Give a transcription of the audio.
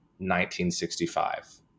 1965